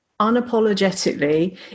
unapologetically